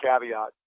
caveat